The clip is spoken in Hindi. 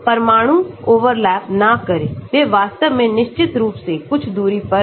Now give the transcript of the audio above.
परमाणु ओवरलैप ना करें वे वास्तव में निश्चित रूप से कुछ दूरी पर रहे